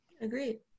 Agreed